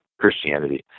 Christianity